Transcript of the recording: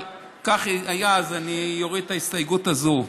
אבל כך היה, אז אני אוריד את ההסתייגות הזו.